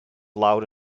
loud